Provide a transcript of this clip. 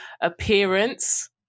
appearance